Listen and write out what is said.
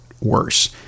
worse